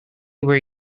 where